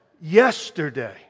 yesterday